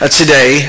today